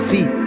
See